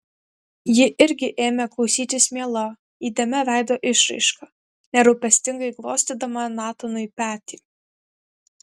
ji irgi ėmė klausytis miela įdėmia veido išraiška nerūpestingai glostydama natanui petį